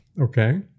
Okay